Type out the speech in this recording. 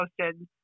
posted